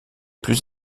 plus